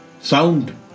Sound